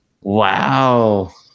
Wow